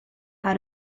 how